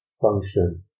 function